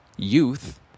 Youth